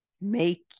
make